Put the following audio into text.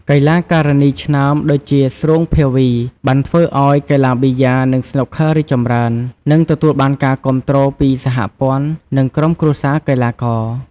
កីឡាការិនីឆ្នើម ដូចជា ស្រួង ភាវី បានធ្វើឲ្យកីឡាប៊ីយ៉ា និងស្នូកឃ័ររីកចម្រើន និងទទួលបានការគាំទ្រពីសហព័ន្ធ និងក្រុមគ្រួសារកីឡាករ។